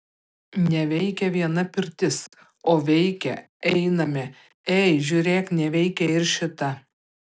neveikia viena pirtis o veikia einame ei žiūrėk neveikia ir šita